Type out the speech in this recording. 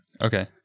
Okay